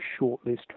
shortlist